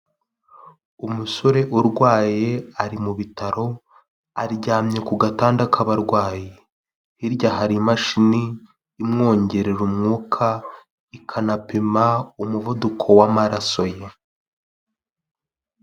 Umusore urwaye ari mu bitaro aryamye ku gatanda k'abarwayi hirya hari imashini imwongerera umwuka ikanapima umuvuduko w'amaraso ye.